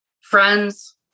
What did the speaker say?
friends